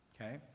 okay